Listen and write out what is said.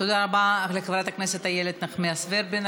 תודה רבה לחברת הכנסת איילת נחמיאס ורבין.